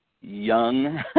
young